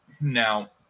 Now